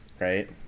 Right